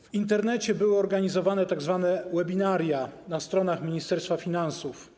W Internecie były organizowane tzw. webinaria na stronach Ministerstwa Finansów.